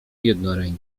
jednoręki